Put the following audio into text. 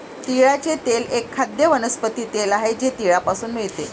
तिळाचे तेल एक खाद्य वनस्पती तेल आहे जे तिळापासून मिळते